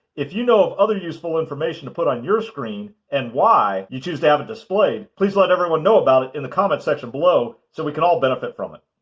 if you know of other useful information to put on your screen and why you choose to have it displayed, please let everyone know about it in the comments section below so we can all benefit from it.